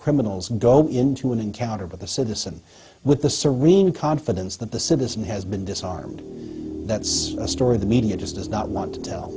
criminals don't go into an encounter with a citizen with the serene confidence that the citizen has been disarmed that's a story the media just does not want to